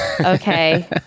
okay